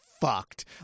fucked